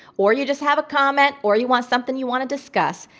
or you just have a comment, or you want something you want to discuss,